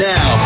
Now